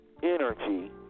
energy